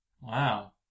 Wow